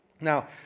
Now